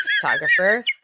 photographer